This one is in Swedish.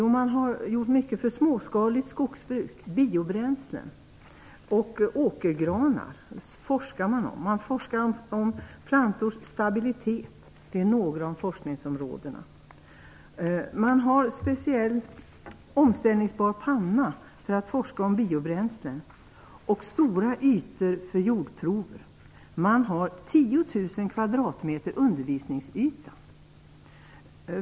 Jo, man har gjort mycket för småskaligt skogsbruk. Man forskar om biobränslen, åkergranar och plantors stabilitet. Man har en speciell omställningsbar panna för forskning om biobränslen och stora ytor för jordprover. Man har en undervisningsyta på 10 000 kvadratmeter.